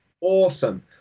awesome